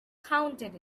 counted